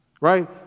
right